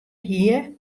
hie